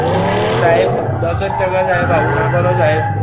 સાહેબ સાહેબ દસ જ ટકા સાહેબ આવું ના કરો સાહેબ